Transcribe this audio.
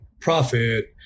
profit